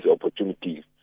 opportunities